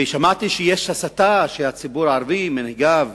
ושמעתי שיש הסתה של הציבור הערבי, מנהיגיו,